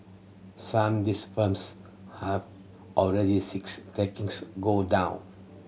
some these firms have already six takings go down